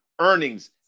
earnings